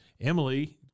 Emily